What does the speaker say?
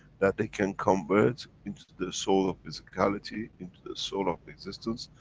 that they can convert into their soul of physicality, into their soul of existence.